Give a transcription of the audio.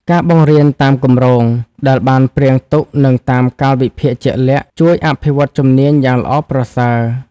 ការបង្រៀនតាមគម្រោង ដែលបានព្រាងទុកនិងតាមកាលវិភាគជាក់លាក់ ជួយអភិវឌ្ឍជំនាញយ៉ាងល្អប្រសើរ។